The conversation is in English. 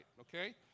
okay